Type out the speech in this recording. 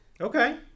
Okay